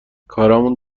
کارامون